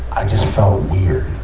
i just felt